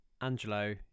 Angelo